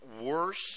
worse